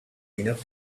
enough